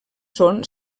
són